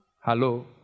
Hello